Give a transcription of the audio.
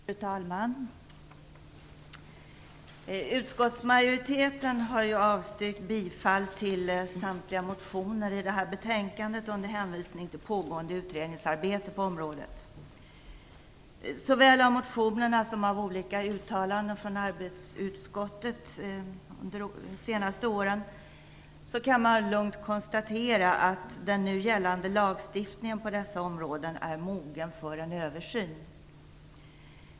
Fru talman! Utskottsmajoriteten avstyrker samtliga motioner under hänvisning till pågående utredningsarbete på området. Såväl mot bakgrund av motionerna som av olika uttalanden från arbetsmarknadsutskottet under senare år kan man lugnt konstatera att den nu gällande lagstiftningen på detta område är mogen för en översyn.